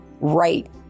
right